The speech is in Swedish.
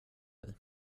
dig